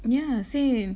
yeah same